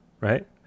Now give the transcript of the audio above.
right